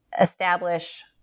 establish